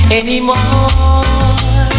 anymore